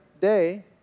day